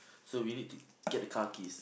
so we need to get the car keys